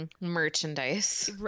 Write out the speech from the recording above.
merchandise